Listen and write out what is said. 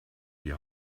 die